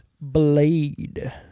Blade